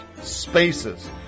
spaces